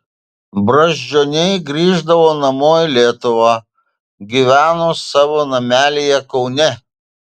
brazdžioniai grįždavo namo į lietuvą gyveno savo namelyje kaune